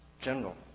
general